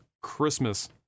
Christmas